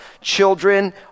Children